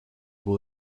will